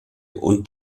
und